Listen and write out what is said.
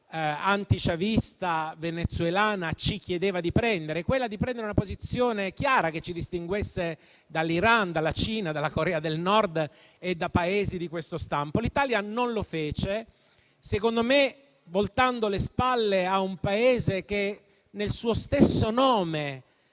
anti-chavista venezuelana ci chiedeva di prendere; una posizione chiara che ci distinguesse dall'Iran, dalla Cina, dalla Corea del Nord e da Paesi di questo stampo. L'Italia non lo fece, secondo me voltando le spalle a un Paese che, nel suo stesso nome,